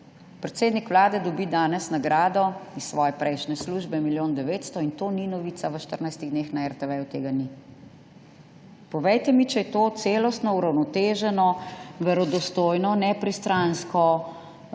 Predsednik Vlade dobi danes nagrado iz svoje pršenje službe, milijon 900, in to ni novica, v 14 dneh na RTV tega ni. Povejte mi, če je to celostno, uravnoteženo, verodostojno, nepristransko,